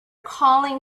calling